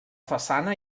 façana